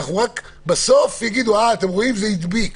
בסוף יגידו: זה הדביק.